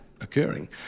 occurring